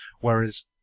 Whereas